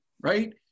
right